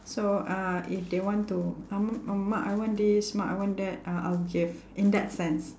so uh if they want to uh m~ mak I want this mak I want that uh I'll give in that sense